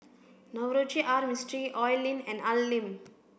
Navroji R Mistri Oi Lin and Al Lim